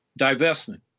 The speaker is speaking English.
divestment